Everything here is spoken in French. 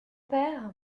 père